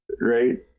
Right